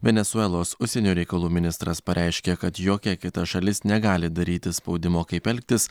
venesuelos užsienio reikalų ministras pareiškė kad jokia kita šalis negali daryti spaudimo kaip elgtis